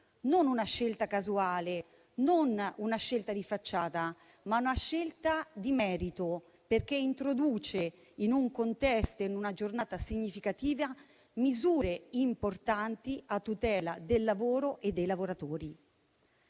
non una scelta casuale, non una scelta di facciata, ma una scelta di merito, perché introduce, in un contesto e in una giornata significativa, misure importanti a tutela del lavoro e dei lavoratori.